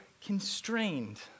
constrained